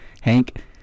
Hank